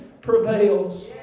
prevails